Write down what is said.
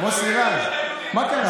מוסי רז, מוסי רז, מה קרה?